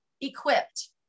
equipped